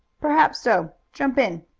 perhaps so. jump in.